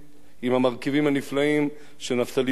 עם המרכיבים הנפלאים של נפתלי בנט,